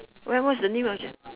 what's what's the name of the